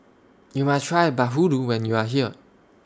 YOU must Try Bahulu when YOU Are here